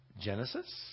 Genesis